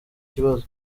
kibazo